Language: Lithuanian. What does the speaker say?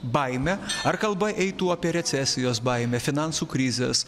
baime ar kalba eitų apie recesijos baimę finansų krizės